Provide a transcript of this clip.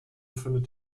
findet